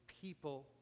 people